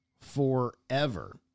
forever